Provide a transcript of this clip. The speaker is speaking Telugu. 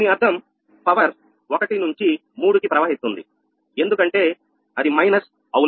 దీని అర్థం పవర్ 1 to 3 ప్రవహిస్తుంది ఎందుకంటే అది మైనస్ అవునా